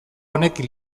honek